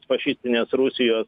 fašistinės rusijos